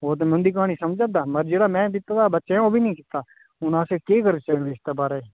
ओह् ते मैं उंदी क्हानी समझै दा मगर जेह्ड़ा मैं दित्ते दा बच्चें गी ओह् बी नेईं कीता हून अस केह् करचै इसदे बारे च